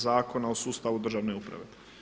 Zakona o sustavu državne uprave.